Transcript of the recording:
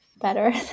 better